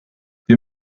wir